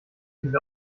diese